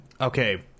okay